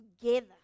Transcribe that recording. together